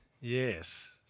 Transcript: Yes